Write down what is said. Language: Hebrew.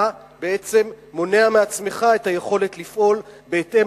אתה בעצם מונע מעצמך את היכולת לפעול בהתאם